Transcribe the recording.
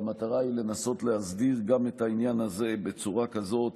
והמטרה היא לנסות להסדיר גם את העניין הזה בצורה כזאת